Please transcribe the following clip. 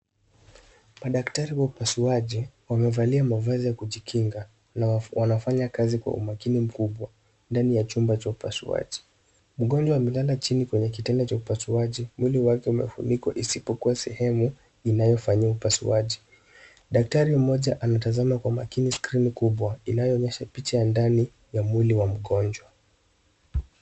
Madaktari wa upasuaji wamevalia mavazi ya kujikinga na wanafanya kazi kwa umakini mkubwa ndani ya chumba cha upasuaji. Mgonjwa amelala chini kwenye kitanda cha upasuaji, ,mwili wake umefunikwa isipokuwa sehemu inayofanyiwa upasuaji. Daktari mmoja anatazama kwa makini skrini inayoonyesha picha ya ndani ya mwili wa mgonjwa.